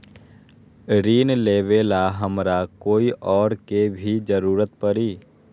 ऋन लेबेला हमरा कोई और के भी जरूरत परी?